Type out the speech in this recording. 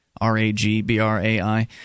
R-A-G-B-R-A-I